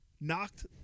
knocked